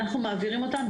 אנחנו מעבירים אותם,